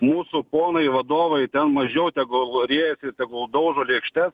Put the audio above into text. mūsų ponai vadovai ten mažiau tegul riejasi tegul daužo lėkštes